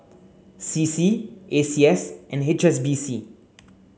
C C A C S and H S B C